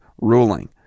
ruling